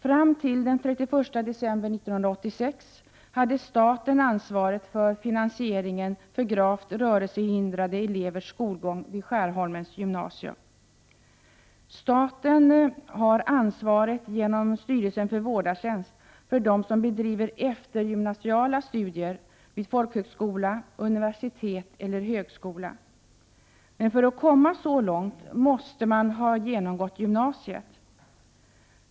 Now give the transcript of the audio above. Fram t.o.m. den 31 december 1986 hade staten ansvaret för finansieringen av gravt rörelsehindrade elevers skolgång vid Skärholmens gymnasium. Staten har genom styrelsen för vårdartjänst ansvaret för dem som bedriver eftergymnasiala studier vid folkhögskola, universitet eller högskola. För att komma så långt måste man emellertid ha genomgått gymnasiet.